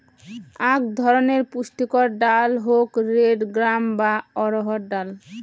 আক ধরণের পুষ্টিকর ডাল হউক রেড গ্রাম বা অড়হর ডাল